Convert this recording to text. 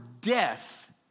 death